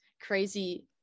crazy